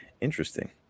Interesting